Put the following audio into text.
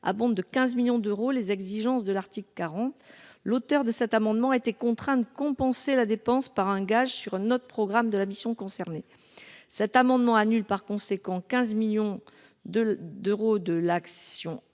bande de 15 millions d'euros, les exigences de l'Arctique 40, l'auteur de cet amendement était contraint de compenser la dépense par un gage sur notre programme de la mission concernés cet amendement annule par conséquent 15 millions de d'euros de l'action,